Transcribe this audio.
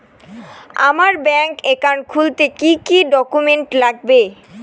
আমার bank account খুলতে কি কি ডকুমেন্ট লাগবে?